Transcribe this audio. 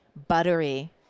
buttery